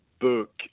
book